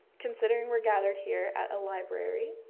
considering we're gathered here at a library,